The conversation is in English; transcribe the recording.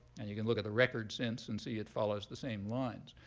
and you can look at the record since and see it follows the same lines.